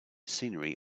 scenery